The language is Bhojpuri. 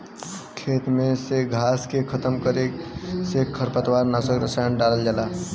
खेते में से घास के खतम करे में खरपतवार नाशक रसायन डालल जाला